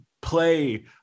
play